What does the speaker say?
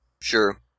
Sure